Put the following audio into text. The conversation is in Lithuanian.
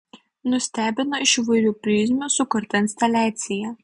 nustebino iš įvairių prizmių sukurta instaliacija